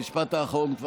המשפט האחרון כבר היה.